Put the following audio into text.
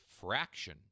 fraction